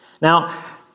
Now